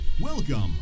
Welcome